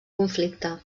conflicte